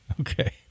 Okay